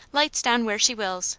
lights down where she will,